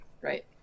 right